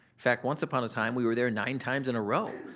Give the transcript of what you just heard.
fact, once upon a time we were there nine times in a row.